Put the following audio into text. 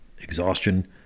exhaustion